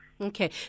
Okay